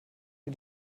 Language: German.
die